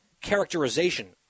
characterization